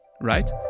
right